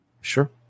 Sure